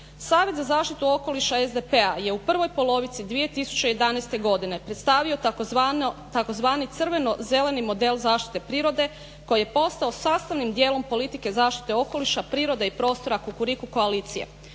"Savjet za zaštitu okoliša SDP-a je u prvoj polovici 2011. godine predstavio tzv. crveno-zeleni model zaštite prirode koji je postao sastavnim dijelom politike zaštite okoliša, prirode i prostora Kukuriku koalicije.